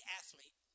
athlete